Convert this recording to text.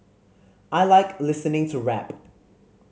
I like listening to rap